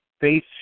face